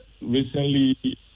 recently